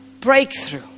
breakthrough